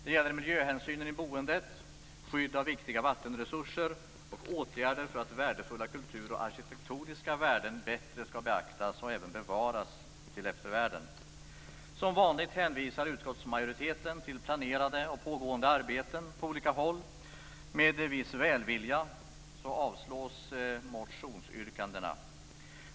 Det gäller miljöhänsynen i boendet, skydd av viktiga vattenresurser och åtgärder för att värdefulla kultur och arkitektoniska värden bättre skall beaktas och även bevaras till eftervärlden. Som vanligt hänvisar utskottsmajoriteten till planerade och pågående arbeten på olika håll. Med viss välvilja avslås motionsyrkandena.